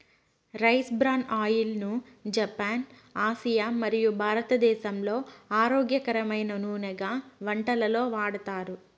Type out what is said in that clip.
rice bran oil ను Japan, Asia మరియు భారతదేశంలో ఆరోగ్యకరమైన నూనెగా వంటలలో వాడతారు